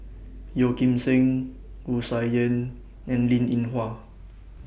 Yeo Kim Seng Wu Tsai Yen and Linn in Hua